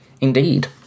indeed